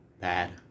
bad